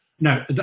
No